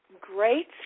great